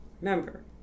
remember